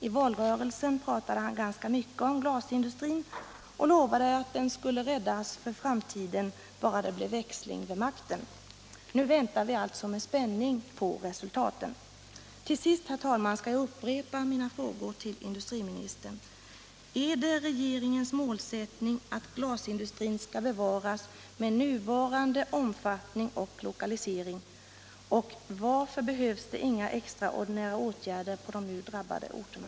I valrörelsen pratade han ganska mycket om glasindustrin och lovade att den skulle räddas för framtiden bara det blev växling vid makten. Nu väntar vi alltså med spänning på resultaten. Till sist, herr talman, skall jag upprepa mina frågor till industriministern: Är det regeringens målsättning att glasindustrin skall bevaras med nuvarande omfattning och lokalisering? Varför behövs inga extraordinära åtgärder på de nu drabbade orterna?